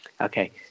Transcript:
Okay